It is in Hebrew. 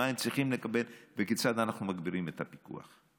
מה הם צריכים לקבל וכיצד אנחנו מגבירים את הפיקוח.